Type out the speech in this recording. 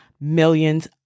millions